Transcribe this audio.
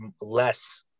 less